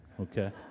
Okay